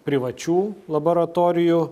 privačių laboratorijų